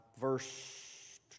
Verse